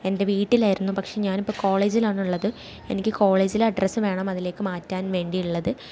എൻ്റെ വീട്ടിലായിരുന്നു പക്ഷേ ഞാനിപ്പം കോളേജിലാണുള്ളത് എനിക്ക് കോളേജിലെ അഡ്രസ്സ് വേണം അതിലേക്ക് മാറ്റാൻ വേണ്ടിയുള്ളത്